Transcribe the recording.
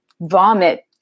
vomit